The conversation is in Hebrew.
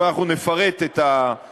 אבל אנחנו נפרט את הדברים,